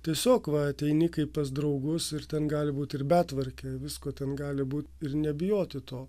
tiesiog va ateini kaip pas draugus ir ten gali būt ir betvarkė visko ten gali būt ir nebijoti to